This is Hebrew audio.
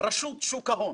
רשות שוק ההון,